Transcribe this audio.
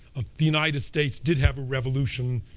the united states did have a revolution